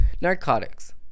Narcotics